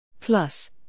plus